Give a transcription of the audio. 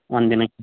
ಒಂದು ದಿನಕ್ಕೆ